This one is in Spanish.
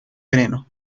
veneno